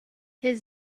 his